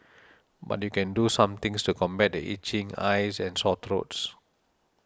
but you can do some things to combat the itching eyes and sore throats